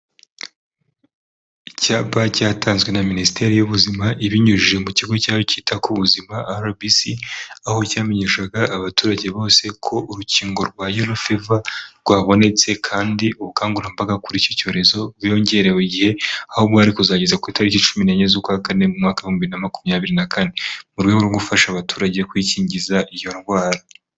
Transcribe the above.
Icyapa cyatanzwe na minisiteri y'ubuzima ibinyujije mu kigo cyayo cyita ku buzima RBC aho cyamenyeshaga abaturage bose ko urukingo rwa Yelloaw faver rwabonetse kandi ubukangurambaga kuri icyo cyorezo bwiyongerewe igihe ahori kuzageza ku itariki cumi enye z'ukwa kane maka bihumbi na makumyabiri na kane muhu rwo gufasha abaturage kwikingiza iyo ndwara.